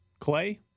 Clay